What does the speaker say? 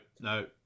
No